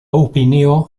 opinio